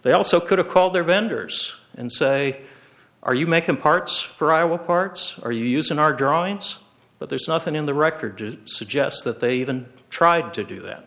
they also could have called their vendors and say are you making parts for i will parts are used in our drawings but there's nothing in the record to suggest that they even tried to do that